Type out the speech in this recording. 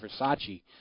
Versace